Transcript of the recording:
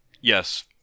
Yes